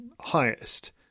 highest